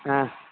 ஆ